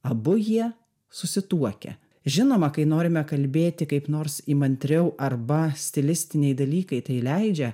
abu jie susituokę žinoma kai norime kalbėti kaip nors įmantriau arba stilistiniai dalykai tai leidžia